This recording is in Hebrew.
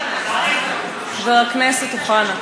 חבר הכנסת אוחנה,